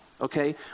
Okay